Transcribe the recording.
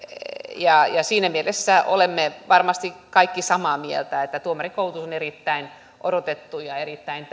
ja siinä mielessä olemme varmasti kaikki samaa mieltä että tuomarikoulutus on erittäin odotettu ja erittäin